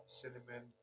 cinnamon